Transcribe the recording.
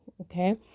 Okay